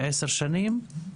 חשוב.